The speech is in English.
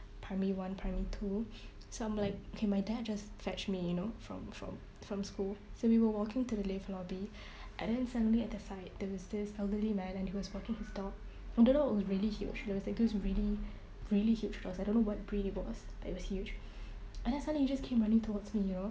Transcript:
primary one primary two so I'm like okay my dad just fetch me you know from from from school so we were walking to the lift lobby and then suddenly at that side there was this elderly man and he was walking his dog I don't know it was really huge it was like those really really huge dogs I don't know what breed it was but it was huge and then suddenly he just came running towards me you know